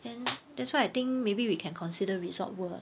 then that's why I think maybe we can consider Resorts World